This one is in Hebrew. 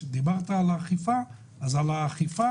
כשדיברת על האכיפה אז אנחנו אמונים גם על האכיפה.